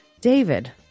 David